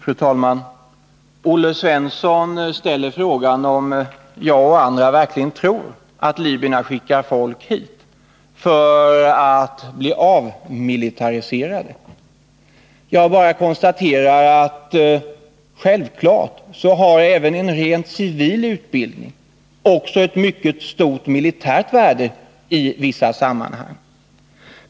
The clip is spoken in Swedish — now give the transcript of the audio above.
Fru talman! Olle Svensson ställer frågan, om jag och andra verkligen tror att libyerna skickar folk hit för att de skall bli avmilitariserade. Jag konstaterar bara att självfallet har även en rent civil utbildning också ett mycket stort militärt värde i vissa sammanhang.